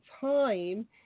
time